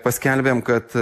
paskelbėm kad